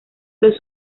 los